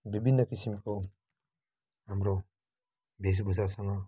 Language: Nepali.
विभिन्न किसिमको हाम्रो वेशभूषासँग